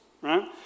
right